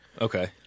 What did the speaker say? Okay